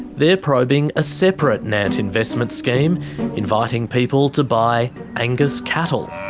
they're probing a separate nant investment scheme inviting people to buy angus cattle.